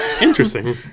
Interesting